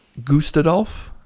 Gustadolf